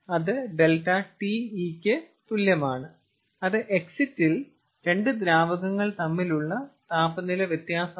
അത് ∆Te ക്ക് തുല്യമാണ് അത് എക്സിറ്റിൽ 2 ദ്രാവകങ്ങൾ തമ്മിലുള്ള താപനില വ്യത്യാസമാണ്